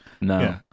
No